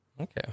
okay